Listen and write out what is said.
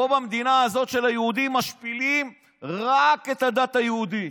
פה במדינה הזאת של היהודים משפילים רק את הדת היהודית.